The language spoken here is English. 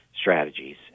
strategies